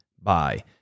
Bye